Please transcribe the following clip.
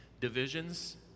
divisions